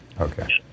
Okay